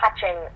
touching